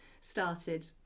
started